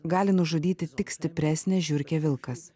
gali nužudyti tik stipresnė žiurkė vilkas